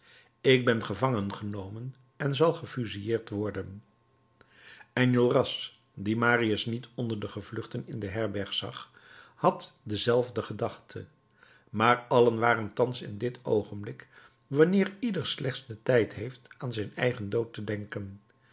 ik ben gevangengenomen en zal gefusilleerd worden enjolras die marius niet onder de gevluchten in de herberg zag had dezelfde gedachte maar allen waren thans in dit oogenblik wanneer ieder slechts den tijd heeft aan zijn eigen dood te denken